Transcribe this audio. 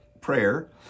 prayer